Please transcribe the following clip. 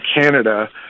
Canada